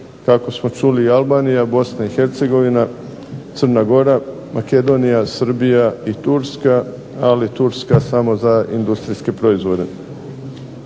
kako smo čuli i Albanija, Bosna i Hercegovina, Crna Gora, Makedonija, Srbija i Turska. Ali Turska samo za industrijske proizvode.